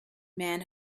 man